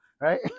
right